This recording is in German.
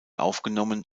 aufgenommen